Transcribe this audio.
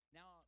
Now